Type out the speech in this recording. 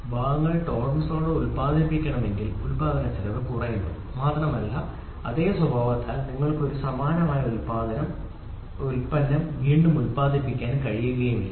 ഭാഗങ്ങൾ ടോളറൻസോടെ ഉൽപാദിപ്പിക്കണമെങ്കിൽ ഉൽപാദനച്ചെലവ് കുറയുന്നു മാത്രമല്ല സ്വഭാവത്താൽ നിങ്ങൾക്ക് ഒരേ ഭാഗമോ സമാനമായ ഭാഗമോ വീണ്ടും ഉൽപാദിപ്പിക്കാൻ കഴിയില്ല